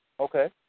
Okay